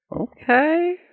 Okay